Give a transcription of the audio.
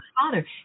father